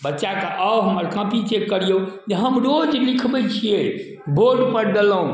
बच्चा कहत हमर कॉपी चेक करियौ जे हम रोज लिखबै छियै बोर्ड पर देलहुॅं